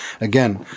again